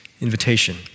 invitation